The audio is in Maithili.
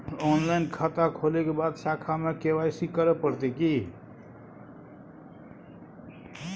ऑनलाइन खाता खोलै के बाद शाखा में के.वाई.सी करे परतै की?